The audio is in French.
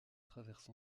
traverse